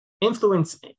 influence